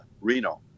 Reno